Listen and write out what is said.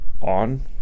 on